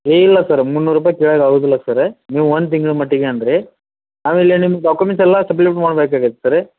ಏ ಇಲ್ಲ ಸರ್ ಮುನ್ನೂರು ರೂಪಾಯಿ ಕೆಳಗೆ ಆಗೋದಿಲ್ಲ ಸರ ನೀವು ಒಂದು ತಿಂಗ್ಳ ಮಟ್ಟಿಗೆ ಅಂದಿರಿ ಆಮೇಲೆ ನಿಮ್ಮ ಡೊಕ್ಯುಮೆಂಟ್ಸ್ ಎಲ್ಲ ಸಬ್ಲಿಮೆಟ್ ಮಾಡಬೇಕಾಗತ್ತೆ ಸರ